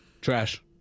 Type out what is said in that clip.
trash